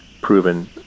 proven